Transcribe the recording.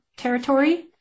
territory